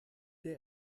der